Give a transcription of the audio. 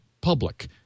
public